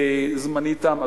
זמני תם,